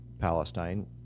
Palestine